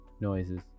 Noises